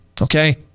Okay